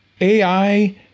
AI